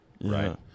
right